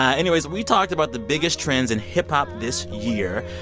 ah anyways, we talked about the biggest trends in hip-hop this year.